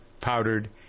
powdered